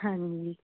ਹਾਂਜੀ